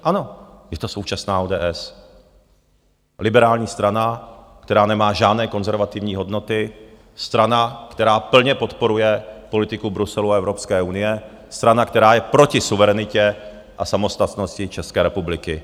Ano, to je současná ODS, liberální strana, která nemá žádné konzervativní hodnoty, strana, která plně podporuje politiku Bruselu a Evropské unie, strana, která je proti suverenitě a samostatnosti České republiky.